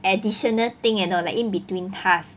additional thing you know like in between class